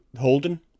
Holden